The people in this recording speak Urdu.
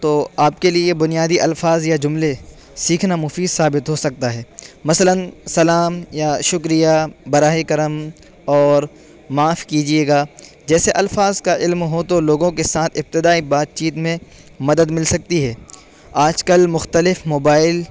تو آپ کے لیے بنیادی الفاظ یا جملے سیکھنا مفید ثابت ہو سکتا ہے مثلاً سلام یا شکریہ براہ کرم اور معاف کیجیے گا جیسے الفاظ کا علم ہو تو لوگوں کے ساتھ ابتدائی بات چیت میں مدد مل سکتی ہے آج کل مختلف موبائل